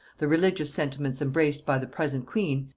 the religious sentiments embraced by the present queen,